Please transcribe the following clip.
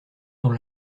dans